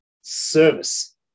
service